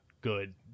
good